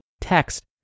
text